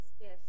Yes